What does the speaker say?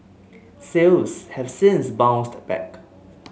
sales have since bounced back